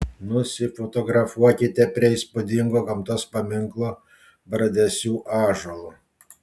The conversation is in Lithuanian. nusifotografuokite prie įspūdingo gamtos paminklo bradesių ąžuolo